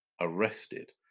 arrested